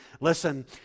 listen